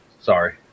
Sorry